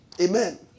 Amen